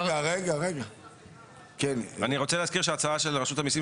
אני רוצה להזכיר שההצעה של רשות המיסים